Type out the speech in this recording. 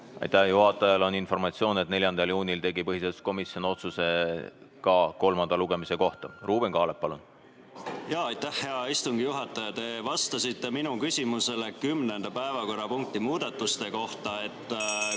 Aitäh! Juhatajal on informatsioon, et 4. juunil tegi põhiseaduskomisjon otsuse ka kolmanda lugemise kohta. Ruuben Kaalep, palun! Aitäh, hea istungi juhataja! Te vastasite minu küsimusele 10. päevakorrapunkti muudatuste kohta,